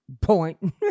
point